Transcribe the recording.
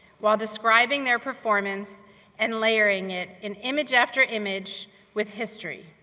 while describing their performance and layering it in image after image with history.